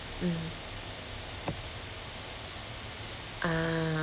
mmhmm ah